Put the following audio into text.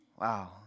Wow